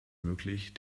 möglich